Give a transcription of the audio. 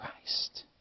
Christ